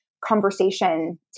conversation